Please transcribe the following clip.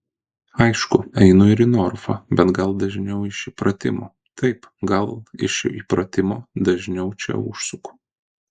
aišku einu ir į norfą bet gal dažniau iš įpratimo taip gal iš įpratimo dažniau čia užsuku